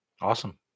Awesome